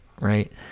right